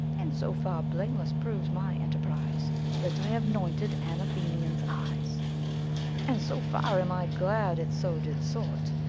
and so far blameless proves my enterprise that i have nointed an athenian's eyes and so far am i glad it so did sort,